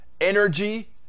energy